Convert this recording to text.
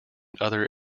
other